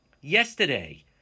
yesterday